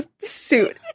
suit